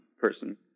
person